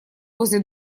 возле